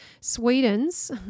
Sweden's